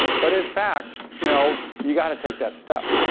but in fact you know you got to take that step.